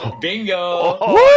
Bingo